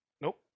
nope